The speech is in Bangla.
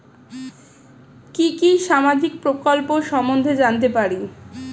কি কি সামাজিক প্রকল্প সম্বন্ধে জানাতে পারি?